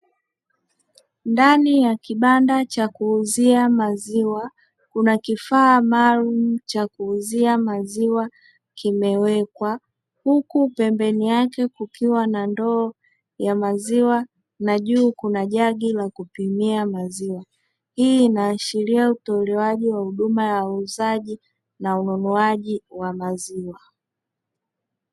Ndani ya kibanda cha kuuzia maziwa kuna kifaa maalumu cha kuuzia maziwa kimewekwa huku pembeni yake kukiwa na ndoo ya maziwa na juu kuna jagi la kupimia maziwa, hii inaashiria utolewaji wa huduma ya uzaaji na ununuaji wa maziwa.